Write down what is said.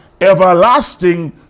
everlasting